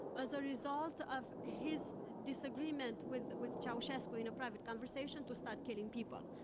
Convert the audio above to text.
as a result of his disagreement with with ceausescu, in a private conversation, to start killing people.